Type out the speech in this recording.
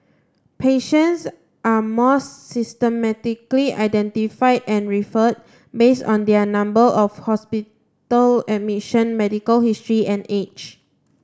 patients are more systematically identified and referred based on their number of hospital admission medical history and age